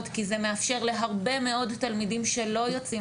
כי זה מאפשר להרבה מאוד תלמידים שלא יוצאים